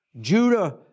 Judah